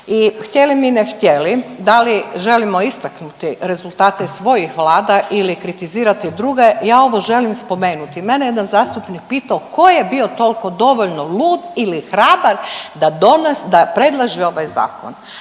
htjeli mi ne htjeli da li želimo istaknuti rezultate svojih vlada ili kritizirati druge, ja ovo želim spomenuti. Mene je jedan zastupnik pito ko je bio tolko dovoljno lud ili hrabar da predlaže ovaj zakon.